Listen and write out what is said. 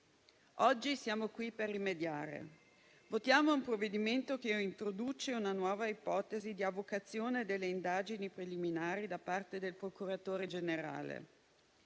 Oggi siamo qui per rimediare. Ci apprestiamo a votare un provvedimento che introduce una nuova ipotesi di avocazione delle indagini preliminari da parte del procuratore generale